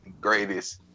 greatest